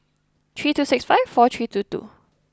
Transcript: three two six five four three two two